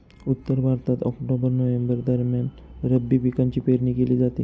उत्तर भारतात October November दरम्यान रब्बी पिकांची पेरणी केली जाते